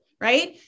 right